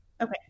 Okay